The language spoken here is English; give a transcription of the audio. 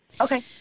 Okay